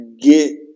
Get